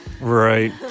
Right